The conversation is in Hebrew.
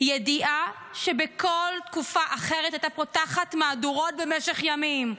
ידיעה שבכל כל תקופה אחרת הייתה פותחת מהדורות במשך ימים.